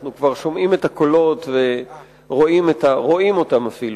אנחנו כבר שומעים את הקולות ואפילו רואים אותם,